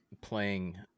playing